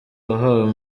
wahawe